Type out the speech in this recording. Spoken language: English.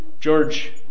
George